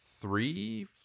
three